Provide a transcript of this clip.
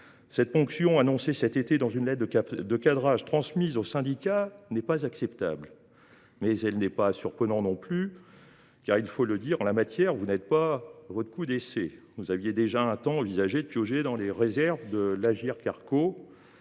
Cette ponction, annoncée cet été dans une lettre de cadrage transmise aux syndicats, n’est pas acceptable. Elle n’est pas surprenante non plus, car en la matière, vous n’en êtes pas à votre coup d’essai. En effet, vous aviez déjà un temps envisagé de piocher dans les réserves de l’Agirc Arrco.